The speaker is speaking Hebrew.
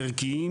ערכיים